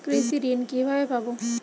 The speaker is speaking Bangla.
কৃষি ঋন কিভাবে পাব?